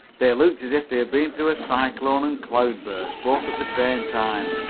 they looked as if they had been through a cyclone and cloud-burst, both at the same time,